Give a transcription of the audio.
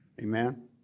Amen